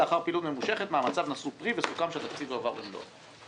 לאחר פעילות ממושכת מאמציו נשאו פרי וסוכם שהתקציב יועבר במלואו".